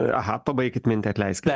aha pabaikit mintį atleiskit